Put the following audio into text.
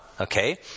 Okay